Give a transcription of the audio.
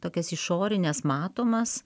tokias išorines matomas